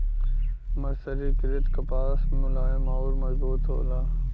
मर्सरीकृत कपास मुलायम आउर मजबूत होला